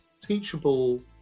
teachable